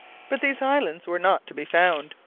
but these islands were not to be found,